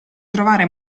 trovare